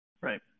right